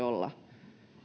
olla